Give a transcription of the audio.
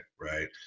right